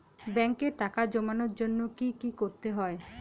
ব্যাংকে টাকা জমানোর জন্য কি কি করতে হয়?